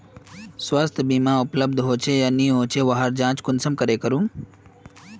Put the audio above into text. स्वास्थ्य बीमा उपलब्ध होचे या नी होचे वहार जाँच कुंसम करे करूम?